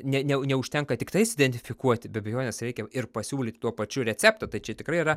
ne ne neužtenka tiktais identifikuoti be abejonės reikia ir pasiūlyt tuo pačiu receptą tai čia tikrai yra